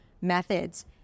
methods